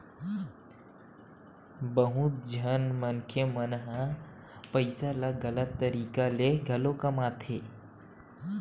बहुत झन मनखे मन ह पइसा ल गलत तरीका ले घलो कमाथे